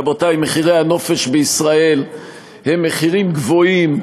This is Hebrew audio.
רבותי, מחירי הנופש בישראל הם מחירים גבוהים,